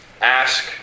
ask